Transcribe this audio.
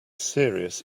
serious